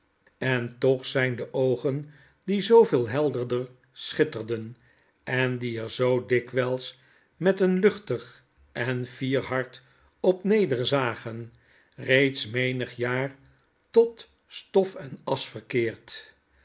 en toch zijn de oogen die zooveel helderder schitterden en die er zoo dikwijls met een luchtig en fier hart op neder zagen reeds menig jaar tot stof en asch verkeerd